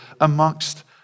amongst